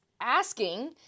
asking